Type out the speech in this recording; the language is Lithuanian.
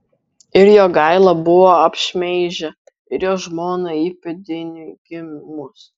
ir jogailą buvo apšmeižę ir jo žmoną įpėdiniui gimus